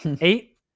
Eight